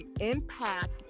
impact